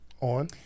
On